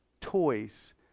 toys